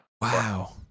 Wow